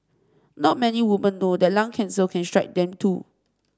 not many women know that lung cancer can strike them too